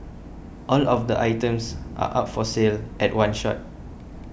all of the items are up for sale at one shot